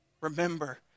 Remember